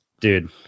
dude